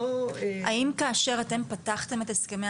לא --- האם כאשר אתם פתחתם את הסכמי